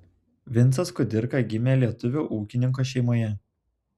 vincas kudirka gimė lietuvio ūkininko šeimoje